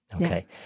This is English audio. Okay